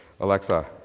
Alexa